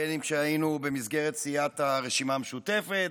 בין כשהיינו במסגרת סיעת הרשימה המשותפת,